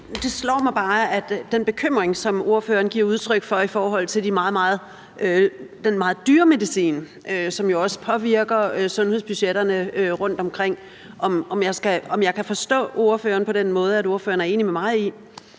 I forhold til den bekymring, som ordføreren giver udtryk for, over den meget dyre medicin, som jo også påvirker sundhedsbudgetterne rundtomkring, vil jeg bare spørge, om jeg skal forstå ordføreren på den måde, at ordføreren er enig med mig i,